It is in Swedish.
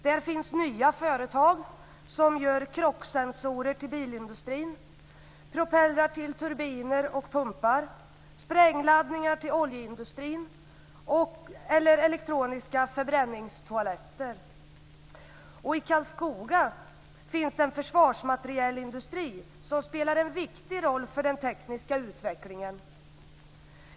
Där finns nya företag som gör krocksensorer till bilindustrin, propellrar till turbiner och pumpar, sprängladdningar till oljeindustrin eller elektroniska förbränningstoaletter. I Karlskoga finns en försvarsmaterielindustri som spelar en viktig roll för den tekniska utvecklingen.